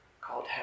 called